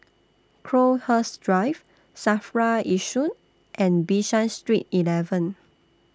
Crowhurst Drive SAFRA Yishun and Bishan Street eleven